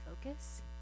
focus